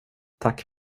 tack